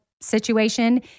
situation